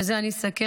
ובזה אני אסכם.